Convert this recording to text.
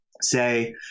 say